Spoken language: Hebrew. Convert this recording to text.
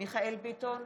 מיכאל מרדכי ביטון,